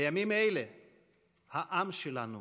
בימים אלה העם שלנו